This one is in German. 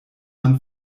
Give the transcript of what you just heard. man